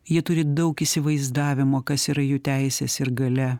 jie turi daug įsivaizdavimo kas yra jų teisės ir galia